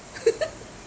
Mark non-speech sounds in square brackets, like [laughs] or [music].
[laughs]